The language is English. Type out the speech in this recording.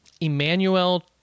Emmanuel